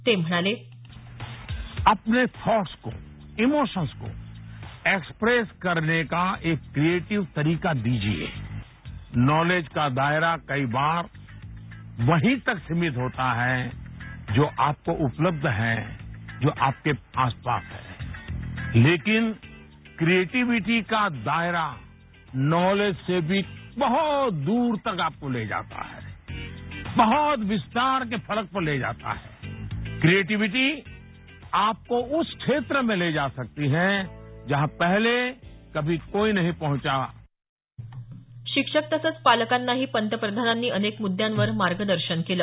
ते म्हणाले अपने थॉटस् को इमोशन्स को एक्सप्रेस करने का एक क्रियेटीव्ह तरीका दीजिये नॉलेज का दायरा कई बार वही तक सिमित होता है जो आपको उपलब्ध है जो आपके आसपास है लेकिन क्रिएटीव्हीटी का दायरा नॉलेज से भी बहोत दुर तक आपको ले जाता है बहोत विस्तार के फलक को ले जाता है क्रिएटीव्हीटी आपको उस क्षेत्र मे ले जा सकती है जहां पहले कभी कोई नही पहंचा शिक्षक तसंच पालकांनाही पंतप्रधानांनी अनेक मुद्यांवर मार्गदर्शन केलं